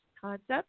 concept